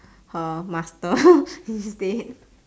her master instead